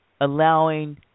allowing